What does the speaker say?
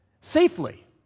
safely